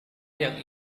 yang